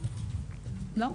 לא.